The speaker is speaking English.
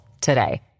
today